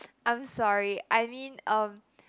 I'm sorry I mean um